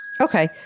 Okay